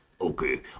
okay